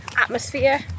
atmosphere